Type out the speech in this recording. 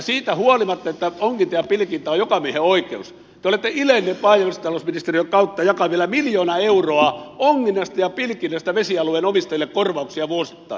siitä huolimatta että onginta ja pilkintä ovat jokamiehenoikeuksia te olette iljenneet maa ja metsätalousministeriön kautta jakaa vielä miljoona euroa onginnasta ja pilkinnästä vesialueen omistajille korvauksia vuosittain